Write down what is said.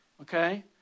okay